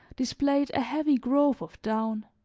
displayed a heavy growth of down.